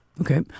Okay